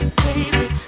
baby